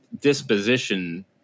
disposition